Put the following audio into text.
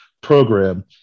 program